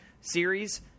series